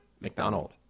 McDonald